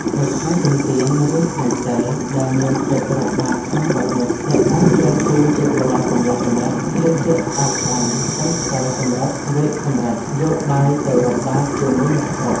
នៅថ្ងៃបុណ្យទាន ឬថ្ងៃសីល ដែលមានកិច្ចរាប់បាត្រក្នុងវត្តនោះ អ្នកតាក្លែងខ្លួនជាបុរសកំលោះម្នាក់ ស្លៀកពាក់ស្អាតស្អំ កាន់ផ្ដិលសំរឹទ្ធិវែកសំរឹទ្ធិ យកបាយទៅរាប់បាត្រជាមួយអ្នកស្រុក ។